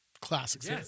classics